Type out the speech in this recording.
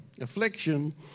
affliction